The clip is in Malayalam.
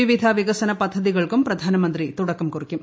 വിവിധ വികസന പദ്ധതികൾക്കും പ്രധാനമന്ത്രി തുടക്കം കുറിക്കും